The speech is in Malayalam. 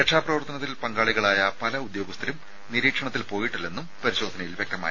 രക്ഷാപ്രവർത്തനത്തിൽ പങ്കാളികളായ പല ഉദ്യോഗസ്ഥരും നിരീക്ഷണത്തിൽ പോയില്ലെന്നും പരിശോധനയിൽ വ്യക്തമായി